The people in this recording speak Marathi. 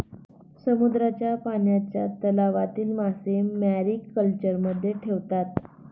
समुद्राच्या पाण्याच्या तलावातील मासे मॅरीकल्चरमध्ये ठेवतात